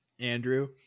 Andrew